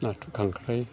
नाथुर खांख्राइ